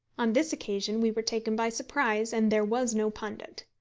on this occasion we were taken by surprise, and there was no pundit.